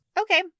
Okay